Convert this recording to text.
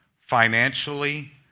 financially